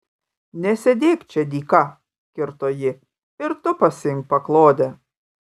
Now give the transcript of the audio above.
nesėdėk čia dyka kirto ji ir tu pasiimk paklodę